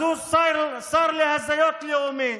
אז הוא שר להזיות לאומי.